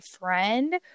friend